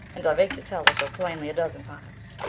and i've ached to tell her so plainly a dozen times.